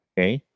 Okay